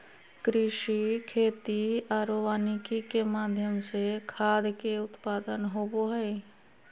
कृषि, खेती आरो वानिकी के माध्यम से खाद्य के उत्पादन होबो हइ